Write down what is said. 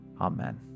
amen